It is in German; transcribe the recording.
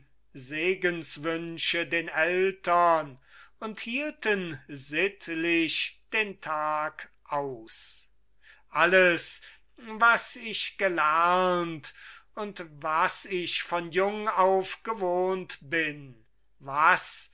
segenswünsche den eltern und hielten sittlich den tag aus alles was ich gelernt und was ich von jung auf gewohnt bin was